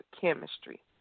chemistry